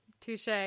Touche